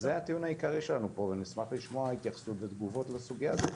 זה הטיעון העיקרי שלנו פה ונשמח לשמוע התייחסות ותגובות לסוגיה הזאת